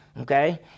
okay